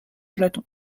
platon